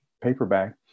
paperback